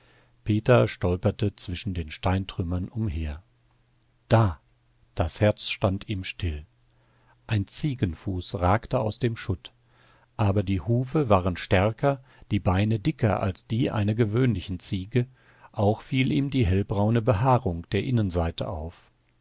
peter stolperte zwischen den steintrümmern umher da das herz stand ihm still ein ziegenfuß ragte aus dem schutt aber die hufe waren stärker die beine dicker als die einer gewöhnlichen ziege auch fiel ihm die hellbraune behaarung der innenseite auf